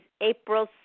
april